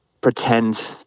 pretend